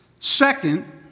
Second